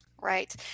Right